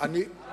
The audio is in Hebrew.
תציע